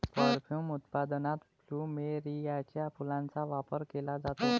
perfume उत्पादनात प्लुमेरियाच्या फुलांचा वापर केला जातो